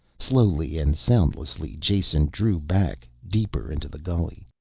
slowly and soundlessly jason drew back deeper into the gully.